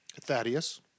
Thaddeus